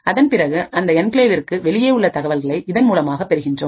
அதன் பிறகுஅந்த என்கிளேவிற்கு வெளியே உள்ள தகவல்களை இதன் மூலமாக பெறுகின்றோம்